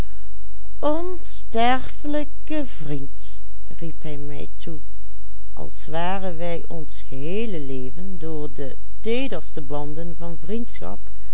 als waren wij ons geheele leven door de teederste banden van vriendschap